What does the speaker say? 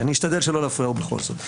אני אשתדל שלא להפריע, ובכל זאת.